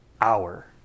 hour